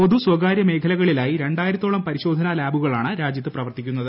പൊതു സ്വകാര്യ മേഖലകളിലായി രണ്ടായിരത്തോളം പരിശോധനാ ലാബുകൾ ആണ് രാജ്യത്ത് പ്രവർത്തിക്കുന്നത്